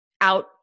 out